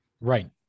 Right